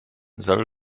soll